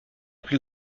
plus